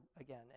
again